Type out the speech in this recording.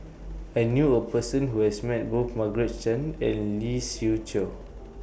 I knew A Person Who has Met Both Margaret Chan and Lee Siew Choh